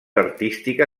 artística